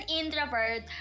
introvert